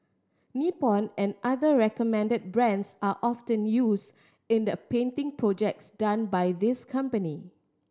Nippon and other recommended brands are often use in the painting projects done by this company